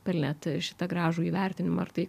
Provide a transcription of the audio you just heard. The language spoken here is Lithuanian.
pelnėt šitą gražų įvertinimą ar tai